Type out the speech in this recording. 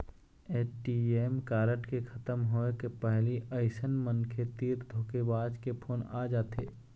ATM card के खतम होए के पहिली अइसन मनखे तीर धोखेबाज के फोन आ जाथे